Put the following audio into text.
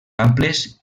amples